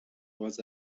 was